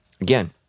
Again